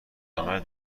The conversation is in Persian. العمل